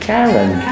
Karen